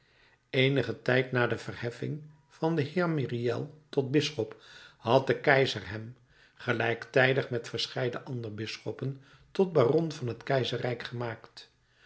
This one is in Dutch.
eenigen tijd na de verheffing van den heer myriel tot bisschop had de keizer hem gelijktijdig met verscheiden andere bisschoppen tot baron van het keizerrijk gemaakt